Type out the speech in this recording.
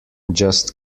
just